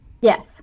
Yes